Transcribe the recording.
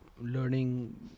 learning